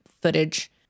footage